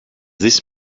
this